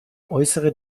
äußere